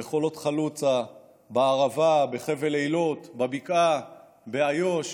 בחולות חלוצה, בערבה, בחבל אילות, בבקעה, באיו"ש,